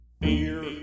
Beer